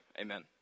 Amen